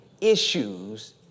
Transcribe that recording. issues